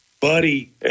Buddy